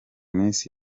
misi